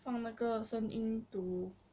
放那个声音 to